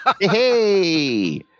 Hey